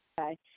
Okay